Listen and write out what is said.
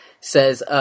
says